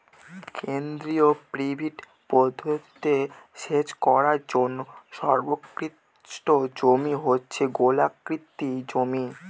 কেন্দ্রীয় পিভট পদ্ধতিতে সেচ করার জন্য সর্বোৎকৃষ্ট জমি হচ্ছে গোলাকৃতি জমি